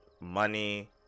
money